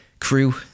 Crew